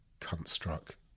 cunt-struck